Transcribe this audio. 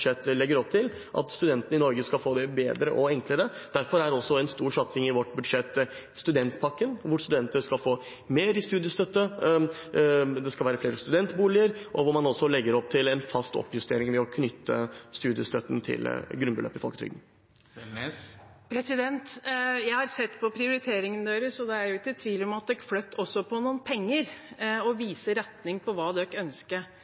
legger opp til – at studentene i Norge skal få det bedre og enklere. Derfor er også en stor satsing i vårt budsjett studentpakken, hvor studenter skal få mer i studiestøtte, hvor det skal være flere studentboliger, og hvor man også legger opp til en fast oppjustering av studiestøtten ved å knytte den til grunnbeløpet i folketrygden. Jeg har sett på prioriteringene deres, og det er ikke tvil om at dere også flytter på noen penger og viser retning for hva dere ønsker.